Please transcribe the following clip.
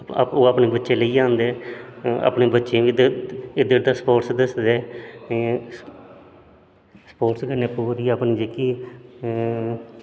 आपूं ओह् अपने बच्चें गी लेइयै आंदे अपने बच्चें गी इद्धर दे स्पोटस दस्सदे स्पोटस कन्नै अपनी जेह्की